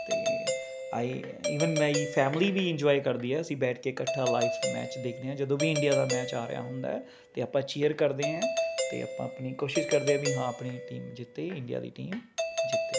ਅਤੇ I even ਮੇਰੀ family ਵੀ ਇੰਜੋਏ ਕਰਦੀ ਹੈ ਅਸੀਂ ਬੈਠ ਕੇ ਇੱਕਠਾ ਲਾਈਵ ਮੈਚ ਦੇਖਦੇ ਹੈ ਜਦੋਂ ਵੀ ਇੰਡੀਆ ਦਾ ਮੈਚ ਆ ਰਿਹਾ ਹੁੰਦਾ ਹੈ ਅਤੇ ਆਪਾਂ ਚੀਅਰ ਕਰਦੇ ਹੈ ਅਤੇ ਆਪਾਂ ਆਪਣੀ ਕੋਸ਼ਿਸ਼ ਕਰਦੇ ਹਾਂ ਵੀ ਹਾਂ ਆਪਣੀ ਟੀਮ ਜਿੱਤੇ ਇੰਡੀਆ ਟੀਮ ਜਿੱਤੇ